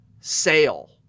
sale